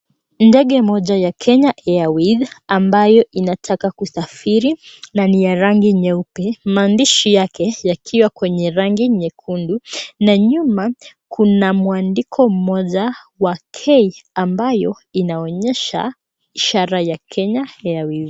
Ndege moja ya Kenya Airways ambayo inataka kusafiri na ni ya rangi nyeupe. Maandishi yake yakiwa kwenye rangi nyekundu na nyuma kuna mwandiko mmoja wa K ambayo inaonyesha ishara ya Kenya Airways.